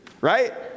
right